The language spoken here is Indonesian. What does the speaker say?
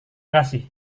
kasih